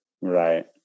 Right